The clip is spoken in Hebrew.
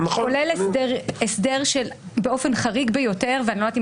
הוא כולל הסדר באופן חריג ביותר ואני לא יודעת אם